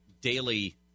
daily